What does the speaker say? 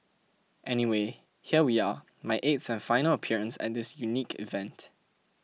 anyway here we are my eighth and final appearance at this unique event